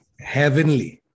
heavenly